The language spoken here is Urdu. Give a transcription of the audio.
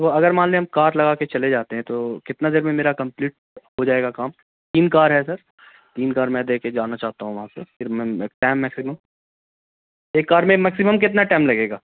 تو اگر مان لیے ہم کار لگا کے چلے جاتے ہیں تو کتنا دیر میں میرا کمپلیٹ ہو جائے گا کام تین کار ہے سر تین کار میں دے کے جانا چاہتا ہوں وہاں سے پھر میں ٹائم میکسیمم ایک کار میں میکسیمم کتنا ٹائم لگے گا